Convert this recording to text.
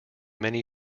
many